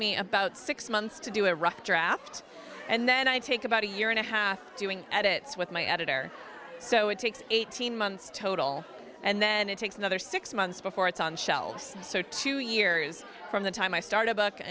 me about six months to do a rough draft and then i take about a year and a half doing edits with my editor so it takes eighteen months total and then it takes another six months before it's on shelves so two years from the time i start a b